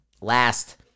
last